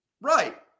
Right